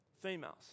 Females